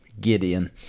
Gideon